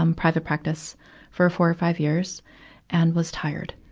um private practice for four or five years and was tired.